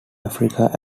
africa